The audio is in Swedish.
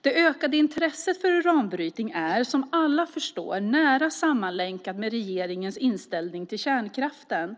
Det ökade intresset för uranbrytning är, som alla förstår, nära sammanlänkat med regeringens inställning till kärnkraften.